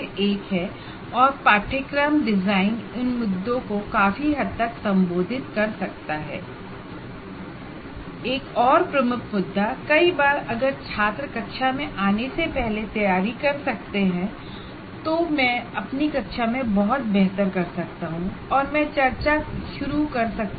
एक और प्रमुख मुद्दा कई बार अगर छात्र कक्षा में आने से पहले तैयारी करके आते हैं तो मैं अपनी कक्षा में बहुत बेहतर कर सकता हूं और मैं चर्चा शुरू कर सकता हूं